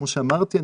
כמו שאמרתי,